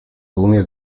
umiesz